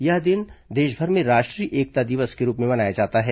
यह दिन देशभर में राष्ट्रीय एकता दिवस के रूप में मनाया जाता है